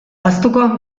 ahaztuko